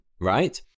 right